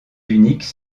uniques